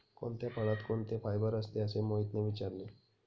कोणत्या फळात कोणते फायबर असते? असे मोहितने विचारले